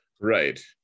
Right